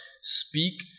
Speak